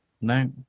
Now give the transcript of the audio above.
No